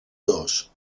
dos